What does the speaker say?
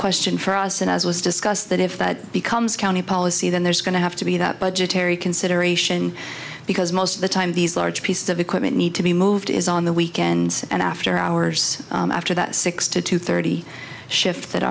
question for us and as was discussed that if that becomes county policy then there's going to have to be that budgetary consideration because most of the time these large pieces of equipment need to be moved is on the weekends and after hours after that six to two thirty shift